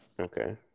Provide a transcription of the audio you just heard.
Okay